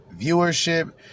viewership